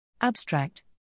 Abstract